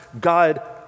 God